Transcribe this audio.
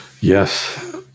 Yes